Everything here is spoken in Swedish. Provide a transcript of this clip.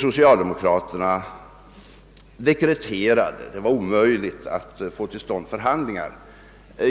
socialdemokraterna dekreterade, att det var omöjligt att få i gång förhandlingar.